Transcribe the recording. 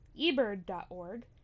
ebird.org